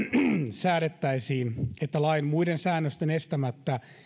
säädettäisiin että lain muiden säännösten estämättä